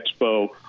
Expo